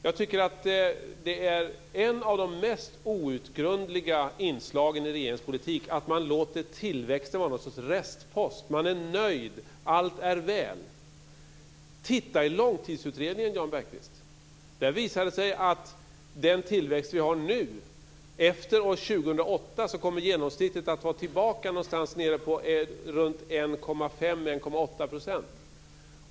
Jag tycker att det är en av de mest outgrundliga inslagen i regeringens politik att man låter tillväxten vara något slags restpost. Man är nöjd. Allt är väl. Titta i Långtidsutredningen, Jan Bergqvist. Där visar det sig att den genomsnittliga tillväxten efter år 2008 kommer att vara tillbaka på runt 1,5-1,8 %.